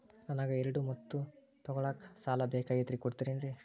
ನನಗ ಎರಡು ಎತ್ತು ತಗೋಳಾಕ್ ಸಾಲಾ ಬೇಕಾಗೈತ್ರಿ ಕೊಡ್ತಿರೇನ್ರಿ?